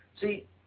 See